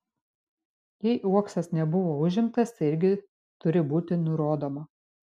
jei uoksas nebuvo užimtas tai irgi turi būti nurodoma